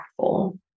impactful